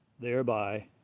Thereby